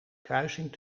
kruising